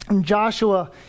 Joshua